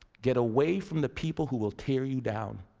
get away from the people who will tear you down.